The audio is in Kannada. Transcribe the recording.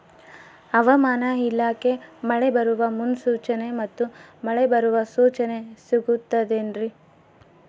ಹವಮಾನ ಇಲಾಖೆ ಮಳೆ ಬರುವ ಮುನ್ಸೂಚನೆ ಮತ್ತು ಮಳೆ ಬರುವ ಸೂಚನೆ ಸಿಗುತ್ತದೆ ಏನ್ರಿ?